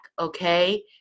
okay